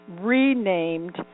renamed